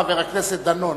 חבר הכנסת דני דנון,